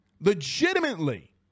legitimately